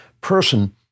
person